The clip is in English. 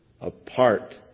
apart